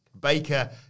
Baker